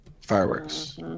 fireworks